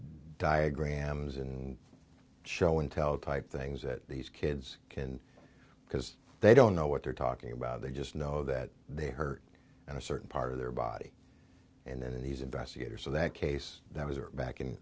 diagrams and showing teletype things that these kids can because they don't know what they're talking about they just know that they hurt in a certain part of their body and he's investigator so that case that was back in